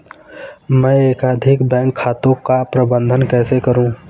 मैं एकाधिक बैंक खातों का प्रबंधन कैसे करूँ?